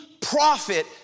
prophet